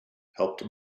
helped